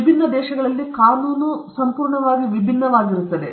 ವಿವಿಧ ದೇಶಗಳಲ್ಲಿ ಕಾನೂನು ವಿಭಿನ್ನವಾಗಿರುತ್ತದೆ